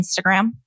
Instagram